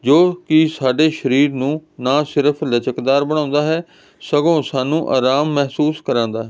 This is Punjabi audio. ਜੋ ਕਿ ਸਾਡੇ ਸਰੀਰ ਨੂੰ ਨਾ ਸਿਰਫ ਲਚਕਦਾਰ ਬਣਾਉਂਦਾ ਹੈ ਸਗੋਂ ਸਾਨੂੰ ਆਰਾਮ ਮਹਿਸੂਸ ਕਰਾਂਦਾ ਹੈ